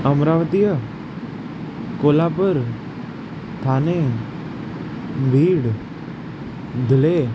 अमरावतीअ Kolhapur Thane Beed Dhule